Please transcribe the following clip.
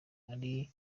ari